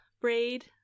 braid